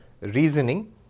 reasoning